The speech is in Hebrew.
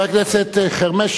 חבר הכנסת חרמש,